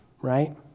right